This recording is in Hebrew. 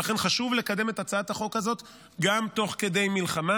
ולכן חשוב לקדם את הצעת החוק הזאת גם תוך כדי מלחמה.